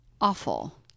Awful